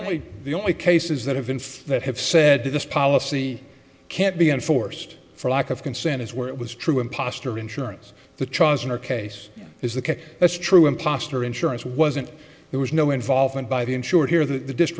only the only cases that have been flat have said this policy can't be enforced for lack of consent is where it was true imposture insurance the charge in our case is that it's true impostor insurance wasn't there was no involvement by the insurer here that the dis